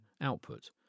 output